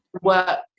work